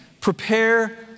prepare